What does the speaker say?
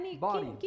body